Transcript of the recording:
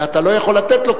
ואתה לא יכול לתת לו,